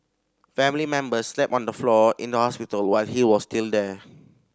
family members slept on the floor in the hospital while he was still there